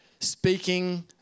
speaking